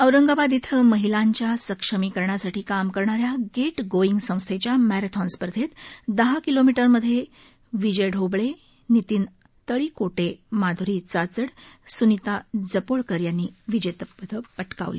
औरंगाबाद इथं महिलांच्या सक्षमीकरणासाठी काम करणाऱ्या ंगेट गोईंग संस्थेच्या मप्रेथॉन स्पर्धेत दहा किलोमीटरमध्ये विजय ढोबळे नितीन तळीकोटे माध्री चाचड सुनिता जपोळकर यांनी विजेतेपदं पटकवली